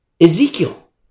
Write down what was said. Ezekiel